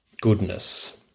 goodness